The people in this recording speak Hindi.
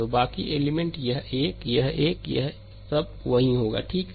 तो बाकी एलिमेंट यह एक यह एक यह एक सब वहीं होगा ठीक है